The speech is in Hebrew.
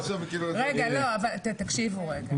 תקשיבו רגע,